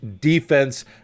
defense